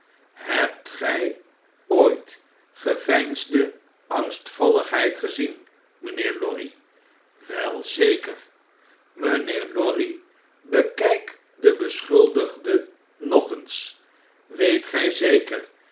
hebt gg ooit geveinsde angstvalligheid gezien mijnheer lorry wel zeker mnnheer lorry bekjjk den beschuldigde nog eens weet g j zeker